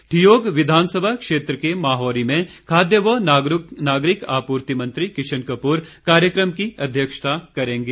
ठियोग विधानसभा क्षेत्र के माहौरी में खाद्य व नागरिक आपूर्ति मंत्री किशन कपूर कार्यक्रम की अध्यक्षता करेंगे